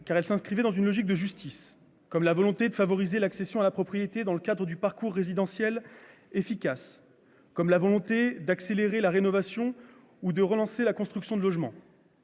ambitions s'inscrivent dans une logique de justice comme la volonté de favoriser l'accession à la propriété dans le cadre d'un parcours résidentiel efficace, comme la volonté d'accélérer la rénovation ou de relancer la construction de logements.